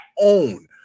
own